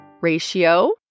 Ratio